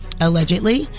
allegedly